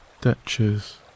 ditches